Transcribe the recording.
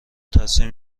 تاثیر